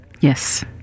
Yes